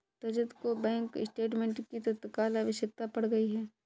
रजत को bank statement की तत्काल आवश्यकता पड़ गई है